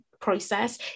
process